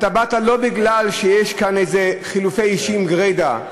לא באת מפני שיש כאן איזה חילופי אישים גרידא,